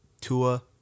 Tua